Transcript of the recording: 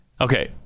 Okay